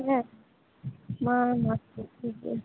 ᱦᱮᱸ ᱢᱟ ᱢᱟᱥᱮ ᱴᱷᱤᱠ ᱜᱮᱭᱟ